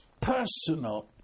personal